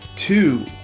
Two